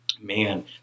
Man